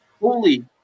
Holy